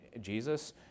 Jesus